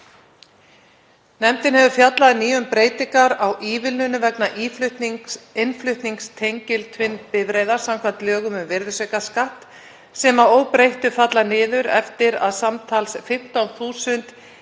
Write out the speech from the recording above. Nefndin hefur fjallað að nýju um breytingar á ívilnunum vegna innflutnings tengiltvinnbifreiða samkvæmt lögum um virðisaukaskatt sem að óbreyttu falla niður eftir að samtals 15.000